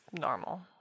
normal